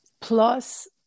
plus